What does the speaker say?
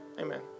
amen